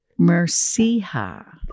Merciha